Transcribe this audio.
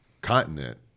continent